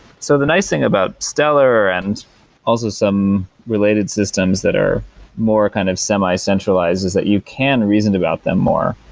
so the nice thing about stellar and also some related systems that are more kind of semi-centralized is that you can reason about them more.